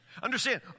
Understand